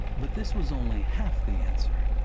but this was only half the answer.